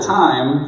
time